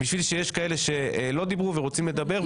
כי יש כאלה שלא דיברו ורוצים לדבר.